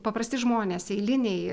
paprasti žmonės eiliniai